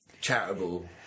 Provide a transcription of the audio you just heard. charitable